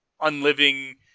unliving